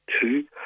Two